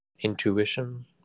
intuition